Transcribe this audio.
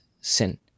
sin